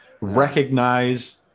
recognize